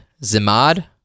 Zimad